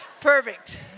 Perfect